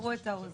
שיסברו את האוזן